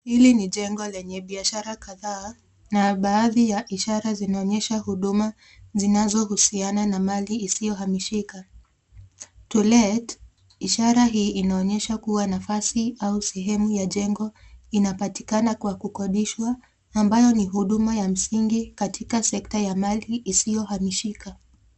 Hili ni jengo lenye biashara kataa na bahati ya ishara zinaonyesha huduma zinzousiana na mahali hizio hamishika to lent ishara hii inaonyesha kuwa nafasi au sehemu ya jengo inapatikana kwa kukodishwa ambao ni huduma ya mzingi katika sekta ya mali hisio hamishika.